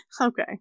Okay